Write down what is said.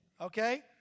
okay